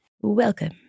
Welcome